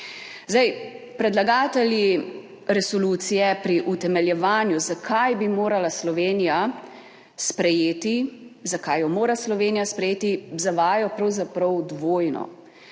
Predlagatelji resolucije pri utemeljevanju zakaj bi morala Slovenija sprejeti, zakaj jo mora Slovenija sprejeti, zavajajo pravzaprav dvojno.